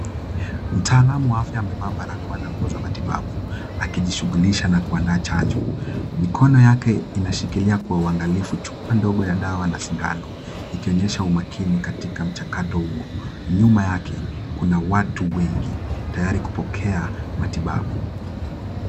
Mtaalamu wa afya amevaa barakoa na nguo za matibabu. Akiji shughulisha na kuandaa chanjo. Mikono yake inashikilia kwa uangalifu chupa ndogo ya dawa na sindano. Ikionyesha umakini katika mchakato huo, nyuma yake kuna watu wengi. Tayari kupokea matibabu.